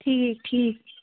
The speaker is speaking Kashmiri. ٹھیٖک ٹھیٖک